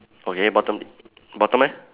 okay bottom lip bottom leh